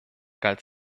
galt